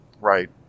Right